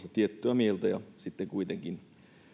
tiettyä mieltä ja sitten kuitenkin